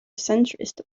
centrist